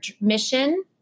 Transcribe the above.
mission